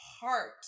heart